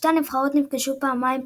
שתי הנבחרות נפגשו פעמיים,